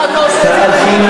למה אתה עושה את זה למיקי?